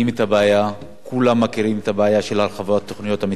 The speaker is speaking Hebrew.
כולם מכירים את הבעיה של הרחבת תוכניות המיתאר במגזר הדרוזי,